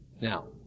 now